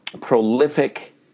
prolific